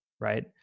right